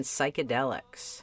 Psychedelics